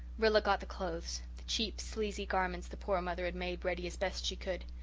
rilla got the clothes the cheap, sleazy garments the poor mother had made ready as best she could.